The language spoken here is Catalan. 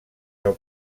del